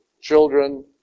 children